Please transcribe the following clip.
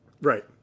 Right